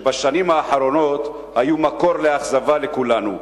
שבשנים האחרונות היו מקור לאכזבה לכולנו.